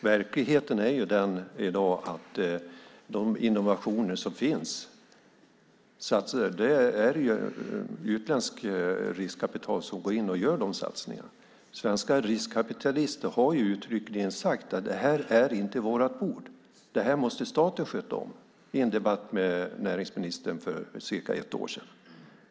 Herr talman! Verkligheten i dag är att det är utländskt kapital som går in och gör satsningarna på de innovationer som finns. Svenska riskkapitalister har uttryckligen sagt: Detta är inte vårt bord. Det här måste staten sköta om. Det sades i en debatt med näringsministern för cirka ett år sedan.